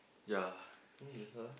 ya think that's all